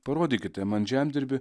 parodykite man žemdirbį